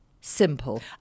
simple